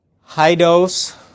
high-dose